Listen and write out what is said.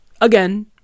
Again